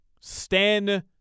Stan